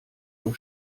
nur